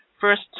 First